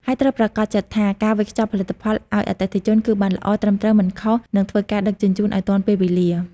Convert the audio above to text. ហើយត្រូវប្រាកដចិត្តថា ការវេចខ្ចប់ផលិតផលឲ្យអតិថិជនគឺ បានល្អ ត្រឹមត្រូវ មិនខុស និងធ្វើការដឹកជញ្ជូនឲ្យទាន់ពេលវេលា។